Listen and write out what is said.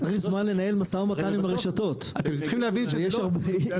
צריך זמן לנהל משא ומתן עם הרשתות, ויש הרבה.